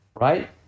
right